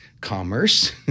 commerce